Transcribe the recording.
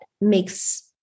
makes